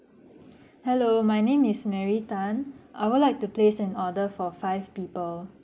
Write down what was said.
hello my name is mary tan I would like to place an order for five people